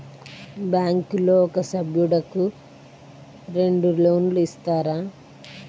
బ్యాంకులో ఒక సభ్యుడకు రెండు లోన్లు ఇస్తారా?